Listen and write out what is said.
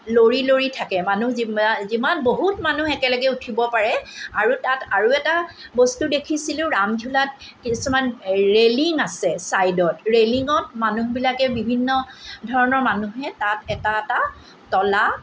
লৰি লৰি থাকে মানুহ যিমান যিমান বহুত মানুহ একেলগে উঠিব পাৰে আৰু তাত আৰু এটা বস্তু দেখিছিলোঁ ৰামঝোলাত কিছুমান ৰেলিং আছে ছাইদত ৰেলিঙত মানুহবিলাকে বিভিন্ন ধৰণৰ মানুহে তাত এটা এটা তলা